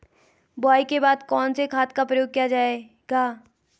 बुआई के बाद कौन से खाद का प्रयोग किया जायेगा?